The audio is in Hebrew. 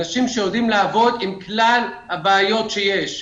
אנשים שיודעים לעבוד עם כלל הבעיות שיש,